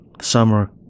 summer